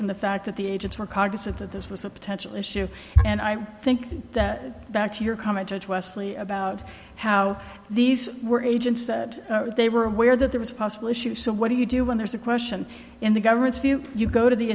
and the fact that the agents were cognizant that this was a potential issue and i think that back to your comment judge wesley about how these were agents that they were aware that there was a possible issue so what do you do when there's a question in the government's view you go to the